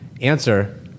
Answer